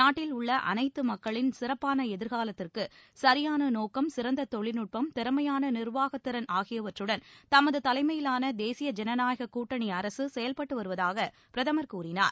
நாட்டில் உள்ள அனைத்து மக்களின் சிறப்பான எதிர்காலத்திற்கு சரியான நோக்கம் சிறந்த தொழில்நுட்பம் திறமையான நிர்வாகத் திறன் ஆகியவற்றுடன் தமது தலைமையிலான தேசிய ஜனநாயக கூட்டணி அரசு செயல்பட்டு வருவதாக பிரதமர் கூறினார்